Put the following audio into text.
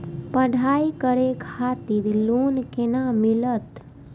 पढ़ाई करे खातिर लोन केना मिलत?